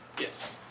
Yes